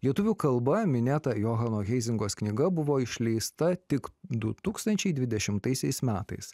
lietuvių kalba minėta johano heizingos knyga buvo išleista tik du tūkstančiai dvidešimtaisiais metais